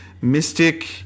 mystic